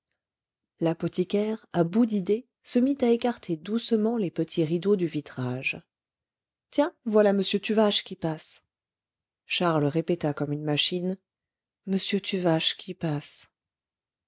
l'apothicaire à bout d'idées se mit à écarter doucement les petits rideaux du vitrage tiens voilà m tuvache qui passe charles répéta comme une machine m tuvache qui passe